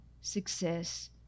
success